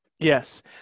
Yes